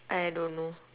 I don't know